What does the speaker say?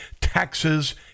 taxes